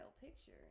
picture